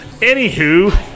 Anywho